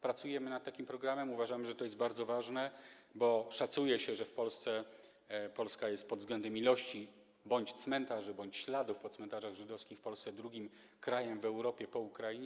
Pracujemy nad takim programem, uważamy, że to jest bardzo ważne, bo szacuje się, że Polska jest pod względem ilości bądź cmentarzy, bądź śladów po cmentarzach żydowskich w Polsce drugim krajem w Europie po Ukrainie.